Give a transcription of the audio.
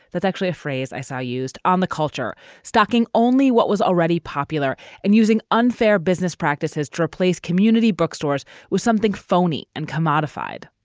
that's actually a phrase i saw used on the culture stocking only what was already popular and using unfair business practices to replace community bookstores with something phony and commodified.